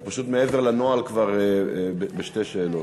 אנחנו פשוט מעבר לנוהל כבר בשתי שאלות.